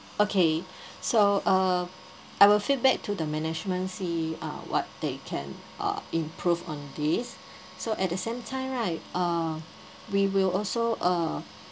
okay so uh I will feedback to the management see uh what they can uh improve on this so at the same time right uh we will also uh